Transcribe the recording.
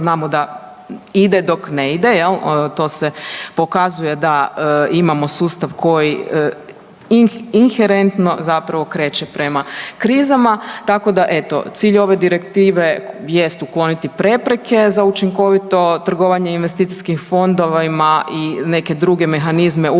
znamo da ide dok ne ide jel. To se pokazuje da imamo sustav koji inherentno zapravo kreće prema krizama. Tako da eto cilj ove direktive jest ukloniti prepreke za učinkovito trgovanje investicijskim fondovima i neke druge mehanizme uvesti,